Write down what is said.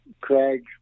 Craig